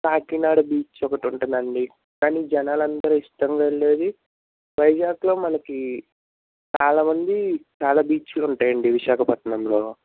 Kakinada beach ఓకటి ఉంటుందండి కాని జనాలు అందరూ ఇష్టంగా వెళ్ళేది వైజాగ్లో మనకి చాలా మంది చాలా బీచులు ఉంటాయి అండి విశాఖపట్నంలో